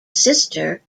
sister